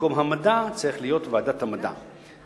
ובמקום "המדע" צריך להיות "ועדת המדע".